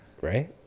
right